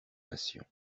passion